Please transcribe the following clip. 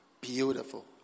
Beautiful